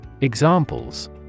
Examples